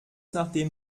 nachdem